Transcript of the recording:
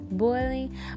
boiling